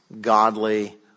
godly